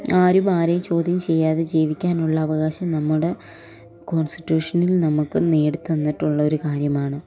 ആരും ആരെയും ചോദ്യം ചെയ്യാതെ ജീവിക്കാനുള്ള അവകാശം നമ്മുടെ കോൺസ്റ്റിറ്റ്യൂഷനിൽ നമുക്ക് നേടിത്തന്നിട്ടുള്ള ഒരു കാര്യമാണ്